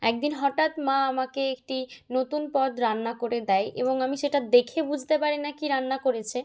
একদিন হঠাৎ মা আমাকে একটি নতুন পদ রান্না করে দেয় এবং আমি সেটা দেখে বুঝতে পারি না কী রান্না করেছে